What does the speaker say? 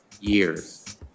years